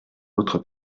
l’autre